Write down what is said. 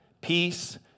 peace